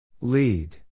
Lead